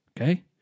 Okay